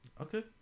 Okay